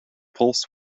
pulse